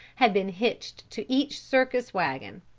had been hitched to each circus wagon.